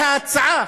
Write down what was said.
ההצעה